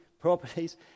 properties